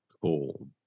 Cool